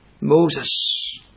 Moses